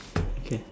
okay